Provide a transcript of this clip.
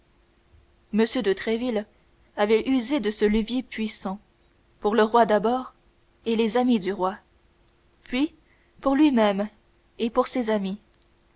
de tréville avait usé de ce levier puissant pour le roi d'abord et les amis du roi puis pour lui-même et pour ses amis